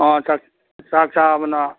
ꯑꯥ ꯆꯥꯛ ꯆꯥꯛ ꯆꯥꯕꯅ